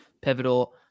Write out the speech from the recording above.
pivotal